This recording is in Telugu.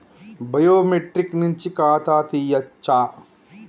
బయోమెట్రిక్ నుంచి ఖాతా తీయచ్చా?